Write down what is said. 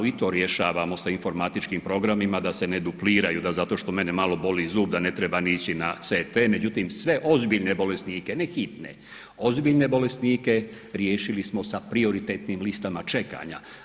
I to rješavamo sa informatičkim programima da se ne dupliraju da zato što mene malo boli zub da ne treba ni ići na CT, međutim sve ozbiljne bolesnike, ne hitne, ozbiljne bolesnike riješili smo sa prioritetnim listama čekanja.